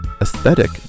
Aesthetic